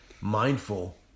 mindful